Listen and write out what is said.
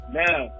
now